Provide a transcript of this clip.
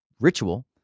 ritual